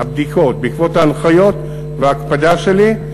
הבדיקות בעקבות ההנחיות וההקפדה שלי,